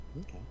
okay